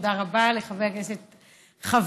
תודה רבה לחברי חבר הכנסת שמולי,